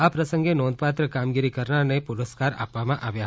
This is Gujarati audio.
આ પ્રસંગે નોંધપાત્ર કામગીરી કરનારને પુરસ્કાર આપવામાં આવ્યા હતા